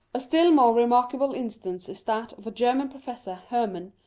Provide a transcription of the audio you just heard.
a still more remarkable instance is that of a german professor, hermann,